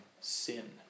sin